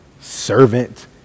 servant